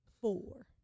Four